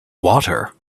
water